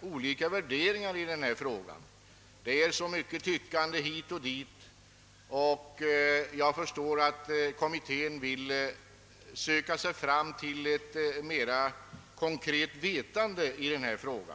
olika värderingar i denna fråga — det är så mycket tyckande hit och dit. Jag förstår att kommittén vill söka sig fram till ett mera konkret vetande i denna fråga.